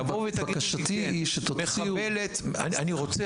בקשתי היא שתוציאו --- אני רוצה,